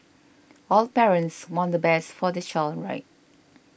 all parents want the best for the child right